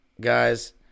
Guys